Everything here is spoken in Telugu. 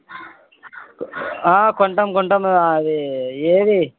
కొంటాం కొంటాం అది ఏది